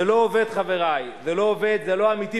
זה לא עובד, חברי, זה לא עובד, זה לא אמיתי.